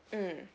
mm